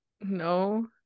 No